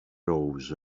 rose